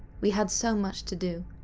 we had so much to do,